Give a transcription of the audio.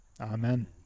Amen